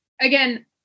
again